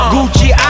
Gucci